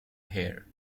hair